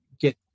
get